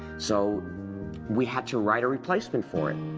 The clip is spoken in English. so we had to write a replacement for it.